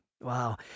Wow